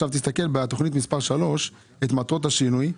עכשיו תסתכל בתוכנית מספר 3, מטרות השינוי.